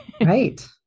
right